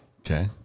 Okay